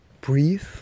Breathe